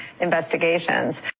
investigations